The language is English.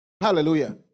Hallelujah